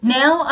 now